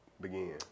begin